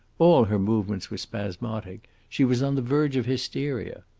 all her movements were spasmodic she was on the verge of hysteria.